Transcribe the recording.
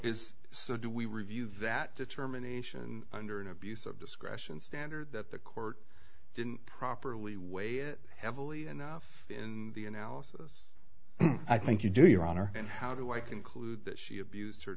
is so do we review that determination under an abuse of discretion standard that the court didn't properly weigh it heavily enough in the analysis i think you do your honor and how do i conclude that she abused